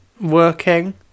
working